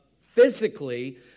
physically